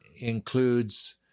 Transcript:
includes